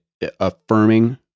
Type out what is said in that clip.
affirming